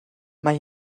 mae